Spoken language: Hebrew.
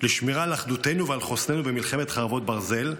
לשמירה על אחדותנו ועל חוסננו במלחמת חרבות ברזל,